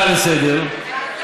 הצעה לסדר-היום,